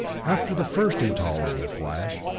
after the first intolerable flash,